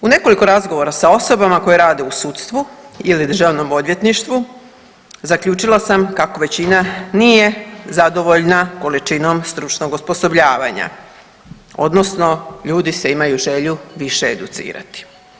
U nekoliko razgovora sa osobama koje rade u sudstvu ili državnom odvjetništvu zaključila sam kako većina nije zadovoljna količinom stručnog osposobljavanja odnosno ljudi se imaju želju više educirati.